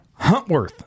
Huntworth